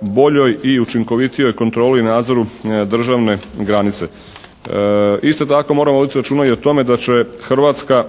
boljoj i učinkovitijoj kontroli i nadzoru državne granice. Isto tako moramo voditi računa i o tome da će Hrvatska